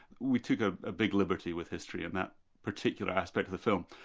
we took a ah big liberty with history in that particular aspect of the film.